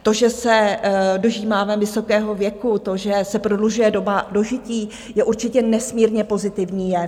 To, že se dožíváme vysokého věku, to, že se prodlužuje doba dožití, je určitě nesmírně pozitivní jev.